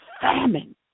famine